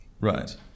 Right